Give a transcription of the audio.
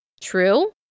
True